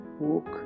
walk